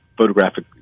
Photographic